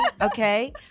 Okay